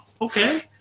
Okay